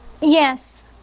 Yes